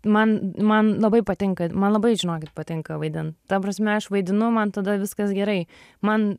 man man labai patinka man labai žinokit patinka vaidint ta prasme aš vaidinu man tada viskas gerai man